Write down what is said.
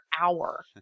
hour